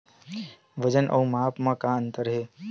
वजन अउ माप म का अंतर हे?